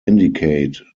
indicate